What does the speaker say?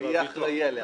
מי יהיה אחראי עליה?